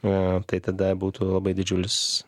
na tai tada būtų labai didžiulis